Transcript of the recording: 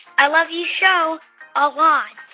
i love your show a lot.